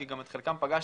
כי גם את חלקם פגשנו,